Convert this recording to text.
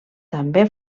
també